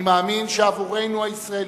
אני מאמין שעבורנו, הישראלים,